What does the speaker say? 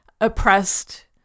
oppressed